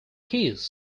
keys